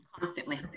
Constantly